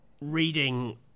reading